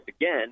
again